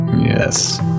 Yes